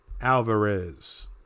alvarez